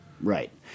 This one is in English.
Right